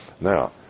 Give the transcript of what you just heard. Now